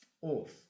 off